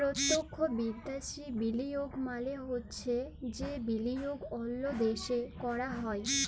পত্যক্ষ বিদ্যাশি বিলিয়গ মালে হছে যে বিলিয়গ অল্য দ্যাশে ক্যরা হ্যয়